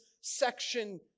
section